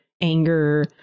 anger